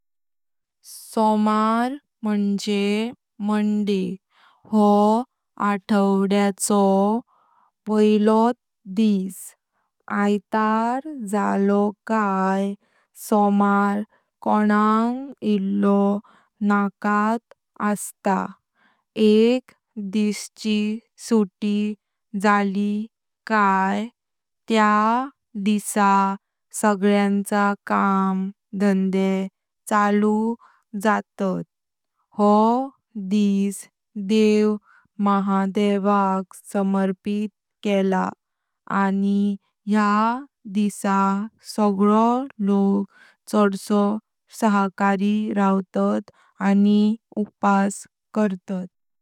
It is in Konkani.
सोमार मुइजें मोंडय, हॊ आथवडयातलो पायलो दिस। अयतार जलॊ काई सोमार कोनाक येळ्लॊ नाकात अस्त, एक दिवसची सूटी जाली काई त्या दिसा सगळ्यांचे काम धंदे चालू जातात। हॊ दिस देव महादेवाक समर्पित केला अणि ह्या दिसा सगळॊ लोग चड्सो सहकारी रवतात अणि उपास करतात।